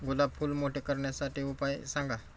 गुलाब फूल मोठे करण्यासाठी उपाय सांगा?